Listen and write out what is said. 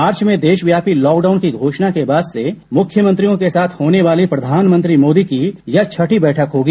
मार्च में देशव्यापी लॉकडाउन की घोषणा के बाद से मुख्यमंत्रियों के साथ होने वाली प्रधानमंत्री मोदी की यह छठी बैठक होगी